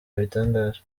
yabitangaje